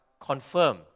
confirm